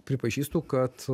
pripažįstu kad